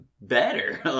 better